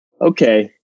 okay